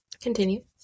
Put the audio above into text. continue